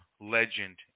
legend